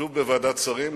שוב בוועדת השרים,